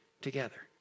together